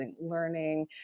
learning